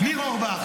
ניר אורבך.